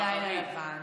אנחנו אחרי לילה לבן.